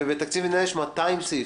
ובתקציב מדינה יש 200 סעיפים.